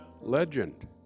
legend